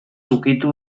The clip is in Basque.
ukitu